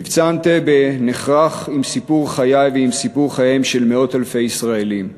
"מבצע אנטבה" נכרך עם סיפור חיי ועם סיפור חייהם של מאות אלפי ישראלים,